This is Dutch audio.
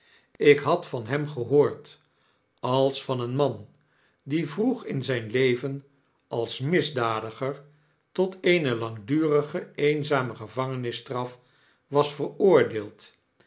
ik had van hem gehoord als van een man die vroeg in zip leven als misdadiger tot eene langdurige eenzame gevangenisstraf was veroordeeld